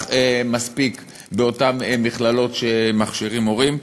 מספיק באותן מכללות שמכשירים בהן מורים.